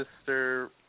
sister